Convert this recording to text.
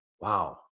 wow